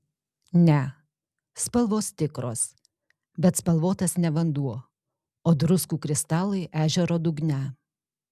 ne spalvos tikros bet spalvotas ne vanduo o druskų kristalai ežero dugne